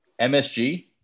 MSG